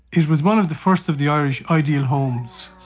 it was one of the first of the irish ideal homes,